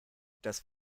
das